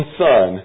son